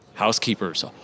housekeepers